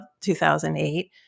2008